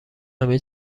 همه